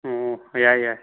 ꯑꯣ ꯌꯥꯏ ꯌꯥꯏ